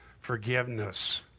forgiveness